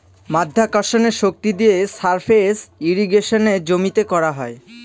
মাধ্যাকর্ষণের শক্তি দিয়ে সারফেস ইর্রিগেশনে জমিতে করা হয়